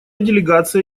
делегация